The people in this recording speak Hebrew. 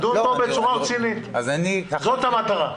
אותה, לדון פה בצורה רצינית, זאת המטרה.